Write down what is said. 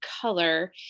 color